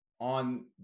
on